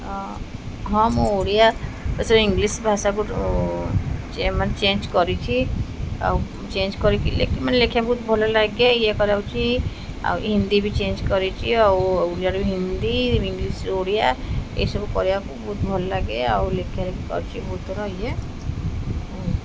ହଁ ମୁଁ ଓଡ଼ିଆ ଇଂଲିଶ୍ ଭାଷାକୁ ମାନେ ଚେଞ୍ଜ୍ କରିଛିି ଆଉ ଚେଞ୍ଜ୍ କରି ମାନେ ଲେଖିବା ବହୁତ ଭଲ ଲାଗେ ଇଏ କରାଉଛିି ଆଉ ହିନ୍ଦୀ ବି ଚେଞ୍ଜ୍ କରିଛିି ଆଉ ଓଡ଼ିଆରେ ହିନ୍ଦୀ ଇଂଲିଶ୍ ଓଡ଼ିଆ ଏସବୁ କରିବାକୁ ବହୁତ ଭଲ ଲାଗେ ଆଉ ଲେଖାରେ ବି କରିଛିି ବହୁତଥର ଇଏ